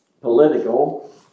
political